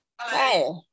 Hi